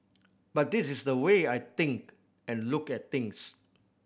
but this is the way I think and look at things